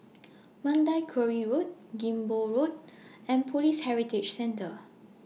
Mandai Quarry Road Ghim Moh Road and Police Heritage Centre